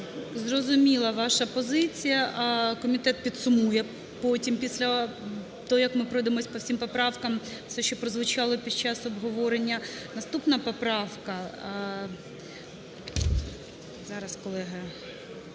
Зрозуміла ваша позиція. Комітет підсумує потім після того, як ми пройдемось по всім поправкам, все, що прозвучало під час обговорення. Наступна поправка…